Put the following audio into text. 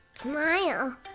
Smile